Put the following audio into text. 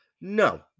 No